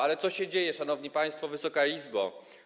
Ale co się dzieje, szanowni państwo, Wysoka Izbo?